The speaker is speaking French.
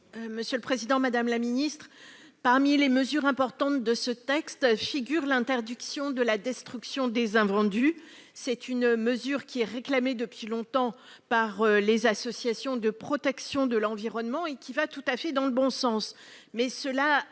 : La parole est à Mme Martine Filleul. Parmi les mesures importantes de ce texte figure l'interdiction de la destruction des invendus. C'est une mesure qui est réclamée depuis longtemps par les associations de protection de l'environnement et qui va tout à fait dans le bon sens,